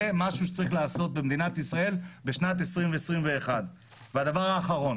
זה משהו שצריך לעשות במדינת ישראל בשנת 2021. הדבר האחרון